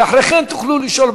ואחרי כן תוכלו לשאול,